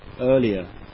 Earlier